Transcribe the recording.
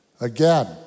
Again